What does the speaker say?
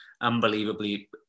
unbelievably